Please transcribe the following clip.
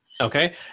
Okay